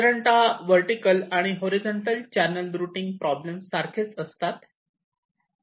साधारणतः वर्टीकल आणि horizontal channel routing problem सारखेच असतात